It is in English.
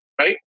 right